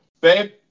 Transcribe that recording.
Babe—